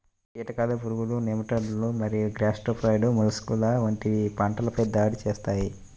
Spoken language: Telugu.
కీటకాలు, పురుగులు, నెమటోడ్లు మరియు గ్యాస్ట్రోపాడ్ మొలస్క్లు వంటివి పంటలపై దాడి చేస్తాయి